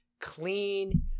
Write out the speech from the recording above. clean